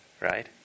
right